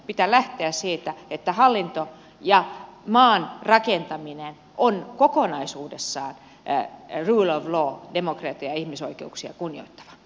pitää lähteä siitä että hallinto ja maan rakentaminen on kokonaisuudessaan rule of law demokratiaa ja ihmisoikeuksia kunnioittavaa